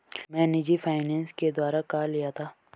मैं निजी फ़ाइनेंस के द्वारा कार लिया था